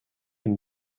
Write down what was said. and